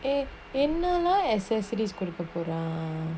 eh என்ன:enna lah accessories குடுக்க போரா:kuduka poraa